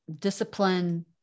discipline